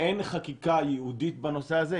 אין חקיקה ייעודית בנושא הזה,